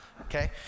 okay